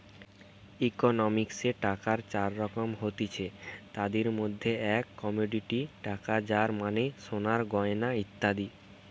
ইকোনমিক্সে টাকার চার রকম হতিছে, তাদির মধ্যে এক কমোডিটি টাকা যার মানে সোনার গয়না ইত্যাদি